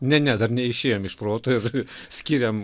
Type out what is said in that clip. ne ne dar neišėjom iš proto ir skiriam